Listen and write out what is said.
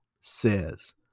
says